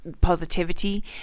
positivity